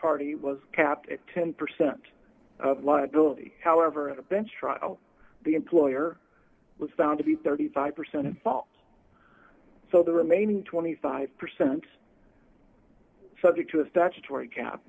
party was capped at ten percent liability however at a bench trial the employer was found to be thirty five percent so the remaining twenty five percent subject to a statutory cap